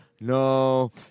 No